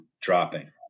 dropping